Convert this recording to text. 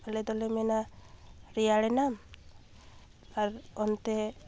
ᱟᱞᱮ ᱫᱚᱞᱮ ᱢᱮᱱᱟ ᱨᱮᱭᱟᱲᱮᱱᱟ ᱟᱨ ᱚᱱᱛᱮ